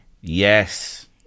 Yes